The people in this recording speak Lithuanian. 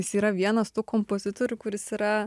jis yra vienas tų kompozitorių kuris yra